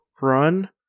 run